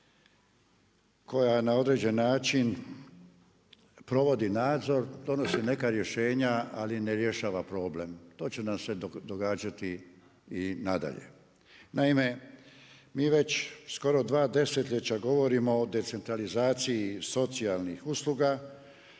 koja na određeni način provodi nadzor, donosi neka rješenja ali ne rješava problem. To će nam se događati i nadalje. Naime, mi već skoro dva desetljeća govorimo o decentralizaciji socijalnih usluga